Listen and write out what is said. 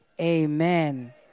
amen